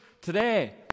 today